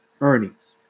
earnings